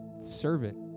servant